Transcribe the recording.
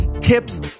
tips